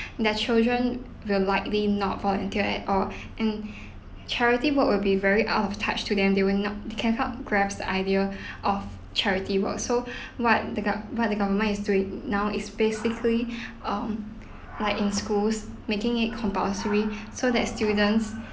their children will likely not volunteer at all and charity work will be very out of touch to them they will not they cannot grasp the idea of charity work so what the gov~ what the government is doing now is basically um like in schools making it compulsory so that students